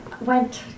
went